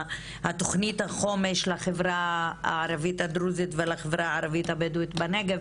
על תוכנית החומש לחברה הערבית הדרוזית ולחברה הערבית הבדואית בנגב,